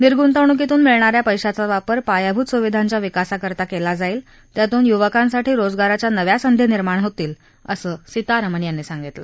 निर्गुतवणूकीतून मिळणा या पेशाचा वापर पायाभूत सुविधांच्या विकासाकरता केला जाईल त्यातून युवकांसाठी रोजगाराच्या नव्या संधी निर्माण होतील असं सीतारामन यांनी सांगितलं